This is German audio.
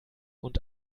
und